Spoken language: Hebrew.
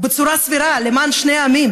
בצורה סבירה למען שני העמים.